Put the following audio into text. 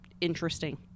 Interesting